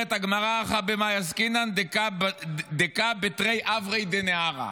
אומרת הגמרא: "הכא בהא עסקינן דקאי בתרי עברי דנהרא".